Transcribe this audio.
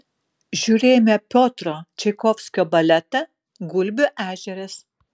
žiūrėjome piotro čaikovskio baletą gulbių ežeras